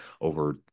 over